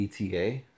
ETA